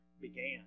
began